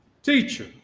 Teacher